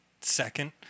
second